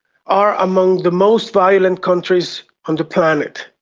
are among the most violent countries on the planet.